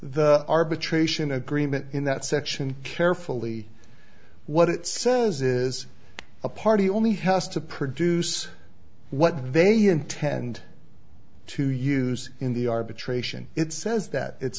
the arbitration agreement in that section carefully what it says is a party only has to produce what they intend to use in the arbitration it says that it's